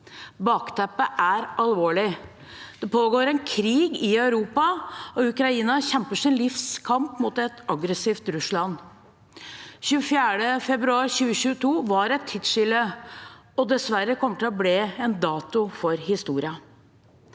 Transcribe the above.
Bakteppet er alvorlig. Det pågår en krig i Europa, og Ukraina kjemper sitt livs kamp mot et aggressivt Russland. Den 24. februar 2022 var et tidsskille, og kommer dessverre til å bli en dato for historien.